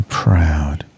proud